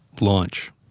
launch